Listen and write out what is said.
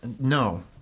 No